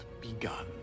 begun